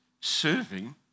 serving